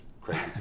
crazy